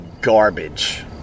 garbage